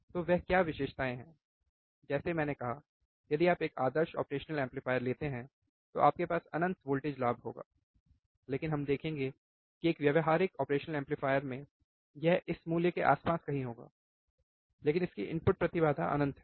तो वह क्या विशेषताएँ हैं जैसे मैंने कहा यदि आप एक आदर्श ऑपरेशनल एम्पलीफायर लेते हैं तो आपके पास अनंत वोल्टेज लाभ होगा लेकिन हम देखेंगे की एक व्यावहारिक ऑपरेशन एम्पलीफायर में यह इस मूल्य के आसपास कहीं होगा लेकिन इसकी इनपुट प्रतिबाधा अनंत है